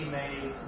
made